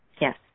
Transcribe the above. Yes